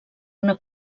una